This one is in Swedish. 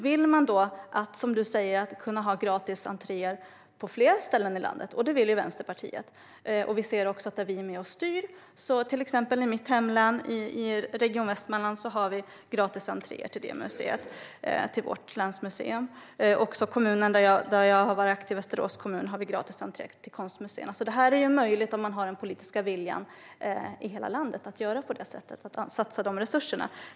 Vill man, som du säger, ha fri entré på fler ställen i landet? Det vill Vänsterpartiet. Vi ser också hur det är där vi är med och styr. Till exempel i mitt hemlän, Region Västmanland, har vi fri entré till vårt länsmuseum. Och i den kommun som jag har varit aktiv i, Västerås, har vi fri entré till konstmuseet. Det är möjligt, om man har den politiska viljan, att i hela landet göra på det sättet och att satsa de resurserna.